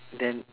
then